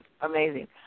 amazing